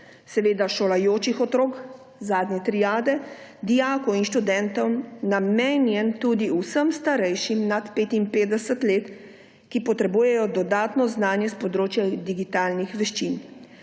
poleg šolajočih otrok zadnje triade, dijakov in študentov namenjen tudi vsem odraslim nad 55 let, ki potrebujejo dodatno znanje s področja digitalnih veščin.